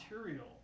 material